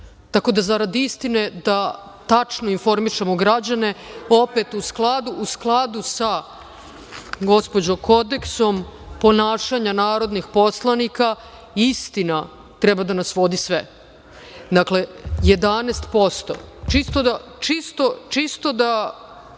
ostali. Zarad istine da tačno informišemo građane, opet u skladu sa, gospođo, Kodeksom ponašanja narodnih poslanika – istina treba da nas vodi sve. Dakle, 11%. Čisto da